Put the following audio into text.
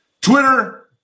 Twitter